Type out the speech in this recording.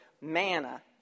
manna